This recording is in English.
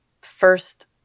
first